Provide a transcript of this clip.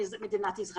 בוועדת המדע,